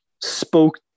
spoke